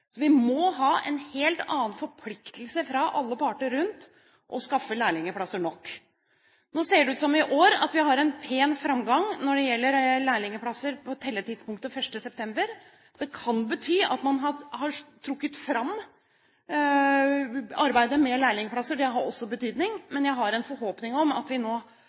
Så vi må ha en helt annen forpliktelse fra alle parter til å skaffe lærlingplasser nok. Nå ser det ut som vi i år har en pen framgang når det gjelder lærlingplasser på telletidspunktet 1. september. Det kan bety at man har trukket fram arbeidet med lærlingplasser – det har også betydning – men jeg har en forhåpning om at vi allerede nå